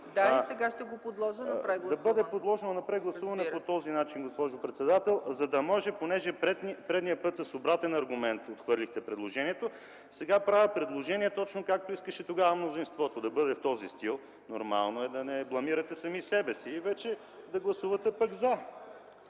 Да, и сега ще го подложа на прегласуване. ЕМИЛ ВАСИЛЕВ: Да бъде подложено на прегласуване по този начин, госпожо председател, за да може, понеже предния път с обратен аргумент отхвърлихте предложението, сега правя предложение точно както искаше тогава мнозинството. Да бъде в този стил. Нормално е, да не бламирате сами себе си и вече да гласувате „за”.